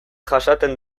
jasaten